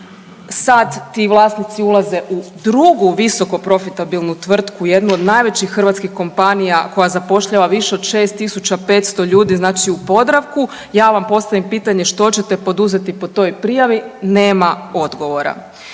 sad ti vlasnici ulaze u drugu visokoprofitabilnu tvrtku, jednu od najvećih hrvatskih kompanija koja zapošljava više od 6 500 ljudi, znači u Podravku. Ja vam postavim pitanje što ćete poduzeti po toj prijavi, nema odgovora.